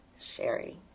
Sherry